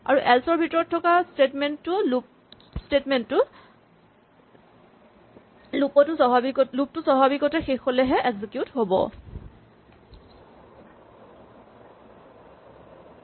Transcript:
আৰু এল্চ ৰ ভিতৰত থকা স্টেটমেন্ট টো লুপ টো স্বাভাৱিকতে শেষ হ'লেহে এক্সিকিউট হ'ব